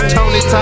Tony